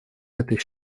это